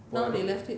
for good